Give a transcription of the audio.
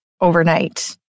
overnight